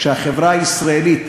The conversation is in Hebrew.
כשהחברה הישראלית,